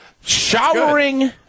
showering